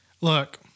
Look